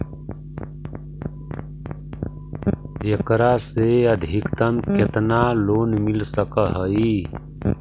एकरा से अधिकतम केतना लोन मिल सक हइ?